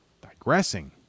digressing